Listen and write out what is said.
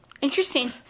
Interesting